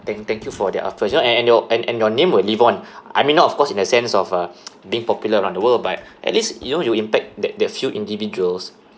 thank thank you for that ah for sure and and your and your name will live on I mean not of course in a sense of uh being popular around the world but at least you know you impact the the few individuals